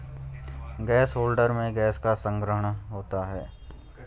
gas holder में gas का संग्रहण होता है